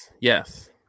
Yes